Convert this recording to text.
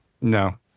No